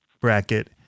bracket